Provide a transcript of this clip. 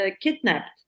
kidnapped